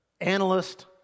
analyst